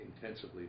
intensively